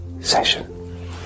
session